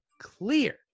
clear